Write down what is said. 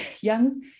young